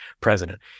president